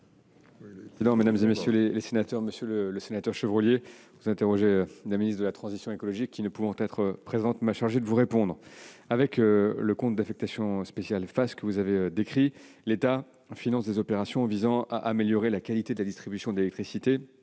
est à M. le ministre délégué. Monsieur le sénateur Chevrollier, Mme la ministre de la transition écologique ne pouvant être présente, elle m'a chargé de vous répondre. Avec le compte d'affectation spéciale « FACÉ » que vous avez décrit, l'État finance des opérations visant à améliorer la qualité de la distribution d'électricité